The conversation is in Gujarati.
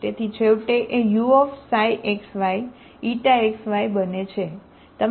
તેથી છેવટે તે uξ બને છે બરાબર